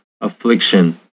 affliction